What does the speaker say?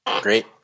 Great